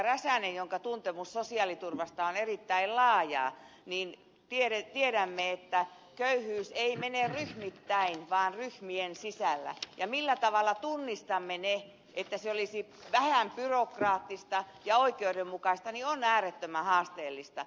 räsänen jonka tuntemus sosiaaliturvasta on erittäin laajaa että köyhyys ei mene ryhmittäin vaan ryhmien sisällä ja se millä tavalla tunnistamme ne että se olisi vähän byrokraattista ja oikeudenmukaista on äärettömän haasteellista